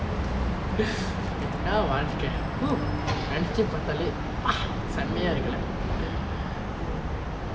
என்னா வாழ்க:enna vaalke oh நெநச்சி பாத்தாலே பா செம்மயா இருக்குல:nenachi paathaale pa semmeya irukkule